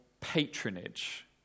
patronage